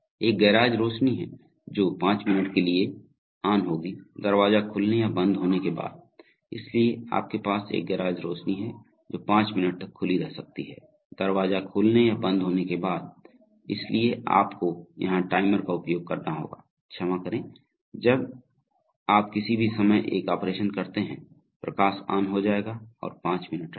एक गेराज रोशनी है जो पांच मिनट के लिए ऑन होगी दरवाजा खुलने या बंद होने के बाद इसलिए आपके पास एक गेराज रोशनी है जो पाँच मिनट तक खुली रह सकती है दरवाज़ा खुलने या बंद होने के बाद इसलिए आपको यहाँ टाइमर का उपयोग करना होगा क्षमा करें जब आप किसी भी समय एक ऑपरेशन करते हैं प्रकाश ऑन हो जायेगा और पांच मिनट रहेगा